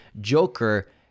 Joker